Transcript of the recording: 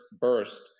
burst